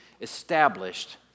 established